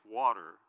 water